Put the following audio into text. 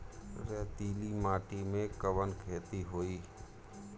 रेतीली माटी में कवन खेती होई?